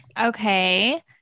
Okay